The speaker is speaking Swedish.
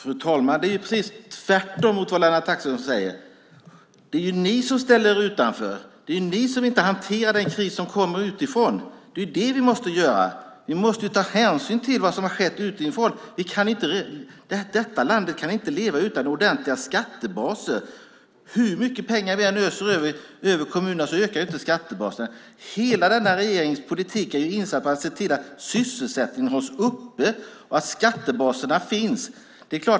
Fru talman! Det är precis tvärtom mot vad Lennart Axelsson säger. Det är ni som ställer er utanför och inte hanterar den kris som kommer utifrån. Det är vad som måste göras. Vi måste ta hänsyn till vad som har skett utifrån. Detta land kan inte leva utan ordentliga skattebaser. Hur mycket pengar vi än öser över kommunerna ökar inte skattebaserna. Hela regeringens politik är inställd på att se till att sysselsättningen hålls uppe och att skattebaserna finns.